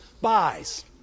buys